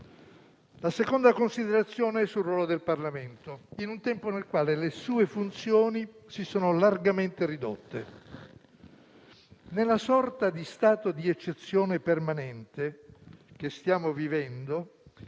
La seconda considerazione è sul ruolo del Parlamento, in un tempo nel quale le sue funzioni si sono largamente ridotte. Nella sorta di stato di eccezione permanente che stiamo vivendo,